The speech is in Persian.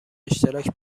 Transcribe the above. اشتراک